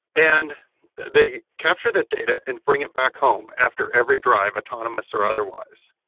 and they capture that data and bring it back home after every drive, autonomous or otherwise.